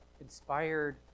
inspired